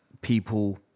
people